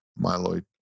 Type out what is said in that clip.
myeloid